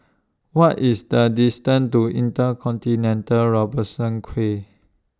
What IS The distance to InterContinental Robertson Quay